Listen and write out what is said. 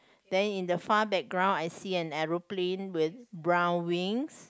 then in the far background I see an aeroplane with brown wings